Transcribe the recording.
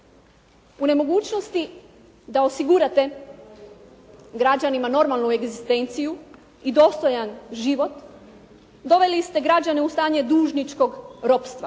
U nemogućnosti da osigurate građanima normalnu egzistenciju i dostojan život doveli ste građane u stanje dužničkog ropstva.